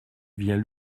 vient